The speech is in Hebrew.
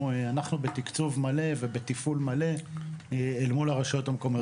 אנחנו בתקצוב מלא ובתפעול מלא אל מול הרשויות המקומיות.